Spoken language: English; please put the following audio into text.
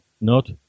not-